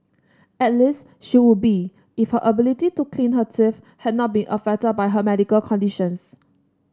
at least she would be if her ability to clean her teeth had not been affected by her medical conditions